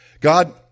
God